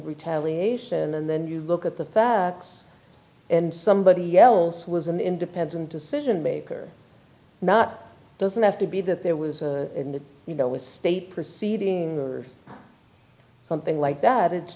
retaliation and then you look at the us and somebody yells was an independent decision maker not doesn't have to be that there was in the you know with state perceiving something like that it's